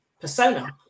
persona